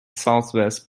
southwest